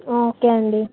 ఒకే అండి